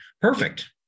Perfect